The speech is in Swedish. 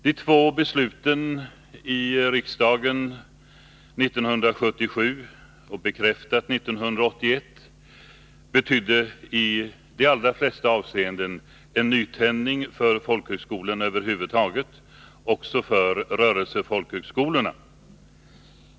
De två besluten i riksdagen, 1977 års beslut bekräftat 1981, betydde i de allra flesta avseenden en nytändning för folkhögskolorna över huvud taget — också för rörelsefolkhögskolorna.